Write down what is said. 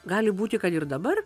gali būti kad ir dabar